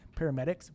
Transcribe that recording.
paramedics